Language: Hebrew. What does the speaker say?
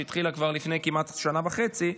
שהתחילה כבר לפני כמעט שנה וחצי,